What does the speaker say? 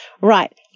Right